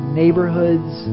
neighborhoods